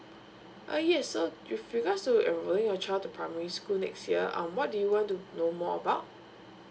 err yes so you figure so you're enrolling your child to primary school next year err what do you want to know more about